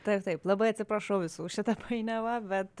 taip taip labai atsiprašau visų šita painiava bet